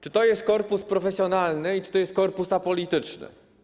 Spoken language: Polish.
Czy to jest korpus profesjonalny i czy to jest korpus apolityczny?